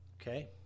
Okay